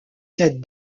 cette